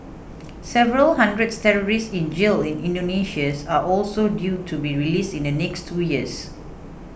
several hundred terrorists in jail in Indonesia are also due to be released in the next two years